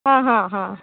ಹಾಂ ಹಾಂ ಹಾಂ